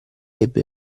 ebbe